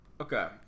Okay